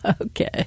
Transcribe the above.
Okay